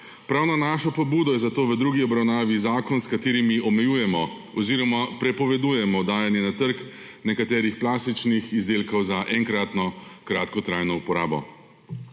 Prav na našo pobudo je zato v drugi obravnavi zakon, s katerim omejujemo oziroma prepovedujemo dajanje na trg nekaterih plastičnih izdelkov za enkratno, kratkotrajno uporabo.